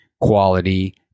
quality